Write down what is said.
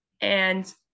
And-